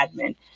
admin